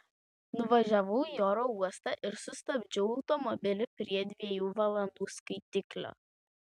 nuvažiavau į oro uostą ir sustabdžiau automobilį prie dviejų valandų skaitiklio